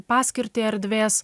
paskirtį erdvės